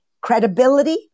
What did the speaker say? credibility